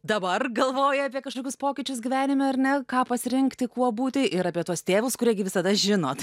dabar galvoja apie kažkokius pokyčius gyvenime ar ne ką pasirinkti kuo būti ir apie tuos tėvus kurie gi visada žinot